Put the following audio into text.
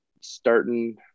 starting